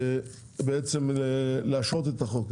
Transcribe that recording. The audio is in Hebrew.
בעצם להשהות את החוק,